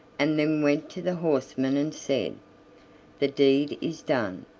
and then went to the horsemen and said the deed is done,